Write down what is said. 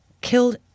killed